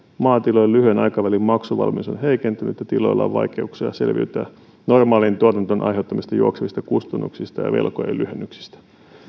maatilojen lyhyen aikavälin maksuvalmius on heikentynyt ja tiloilla on vaikeuksia selviytyä normaalin tuotantotoiminnan aiheuttamista juoksevista kustannuksista ja velkojen lyhennyksistä